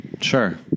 Sure